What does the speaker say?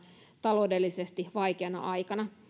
taloudellisesti vaikeana aikana